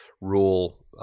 rule